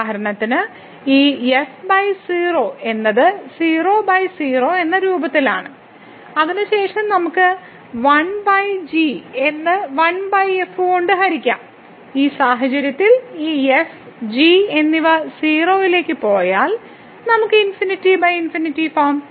ഉദാഹരണത്തിന് ഈ f 0 എന്നത് 00 എന്ന രൂപത്തിലാണ് അതിനുശേഷം നമുക്ക് 1 g എന്ന് 1 f കൊണ്ട് ഹരിക്കാം ഈ സാഹചര്യത്തിൽ ഈ f g എന്നിവ 0 ലേക്ക് പോയാൽ നമുക്ക് ∞∞ ഫോം